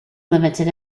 limited